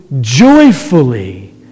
joyfully